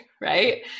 right